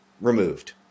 removed